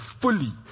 fully